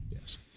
yes